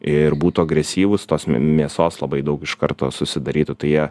ir būtų agresyvūs tos mėsos labai daug iš karto susidarytų tai jie